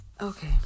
Okay